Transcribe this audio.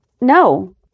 No